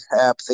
app